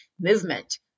movement